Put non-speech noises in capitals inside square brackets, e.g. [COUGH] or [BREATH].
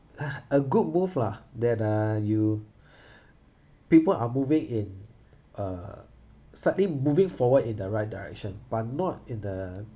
uh a good move lah that uh you [BREATH] people are moving in uh slightly moving forward in the right direction but not in the